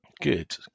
good